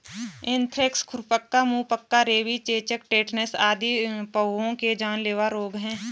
anthrax, खुरपका, मुहपका, rabies, चेचक, टेटनस आदि पहुओं के जानलेवा रोग हैं